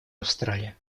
австралия